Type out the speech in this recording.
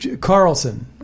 Carlson